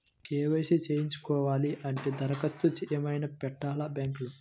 KYC చేయించుకోవాలి అంటే దరఖాస్తు ఏమయినా పెట్టాలా బ్యాంకులో?